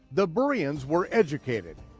the bereans were educated,